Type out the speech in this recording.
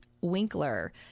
Winkler